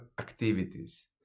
activities